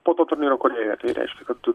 po to turnyro korėjoje tai reiškia kad du